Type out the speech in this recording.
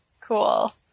Cool